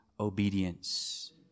obedience